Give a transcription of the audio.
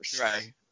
right